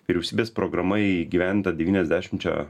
vyriausybės programa įgyvendinta devyniasdešimčia